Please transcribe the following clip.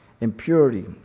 impurity